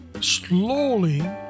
slowly